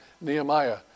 Nehemiah